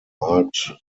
marked